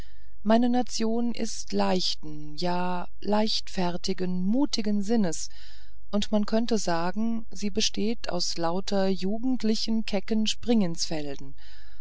meine nation ist leichten ja leichtfertigen mutigen sinnes und man könnte sagen sie bestehe aus lauter jugendlich kecken